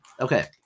Okay